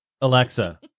Alexa